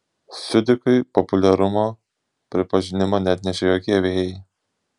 siudikui populiarumo pripažinimo neatnešė jokie vėjai